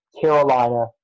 Carolina